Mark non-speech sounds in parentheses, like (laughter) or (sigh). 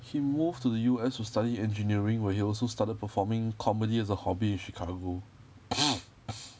he moved to the U_S to study engineering where he also started performing comedy as a hobby chicago (noise)